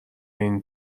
این